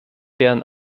deren